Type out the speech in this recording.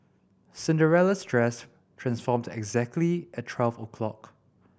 Cinderella's dress transformed exactly at twelve o'clock